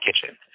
kitchen